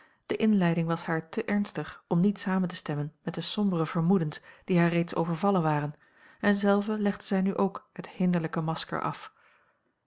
de inleiding was haar te ernstig om niet samen te stemmen met de sombere vermoedens die haar reeds overvallen waren en zelve legde zij nu ook het hinderlijke masker af